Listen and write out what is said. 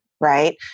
right